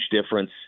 difference